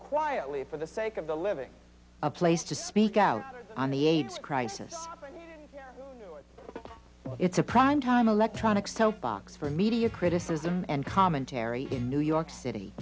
condition for the sake of the living a place to speak out on the aids crisis it's a prime time electronic soapbox for media criticism and commentary in new york city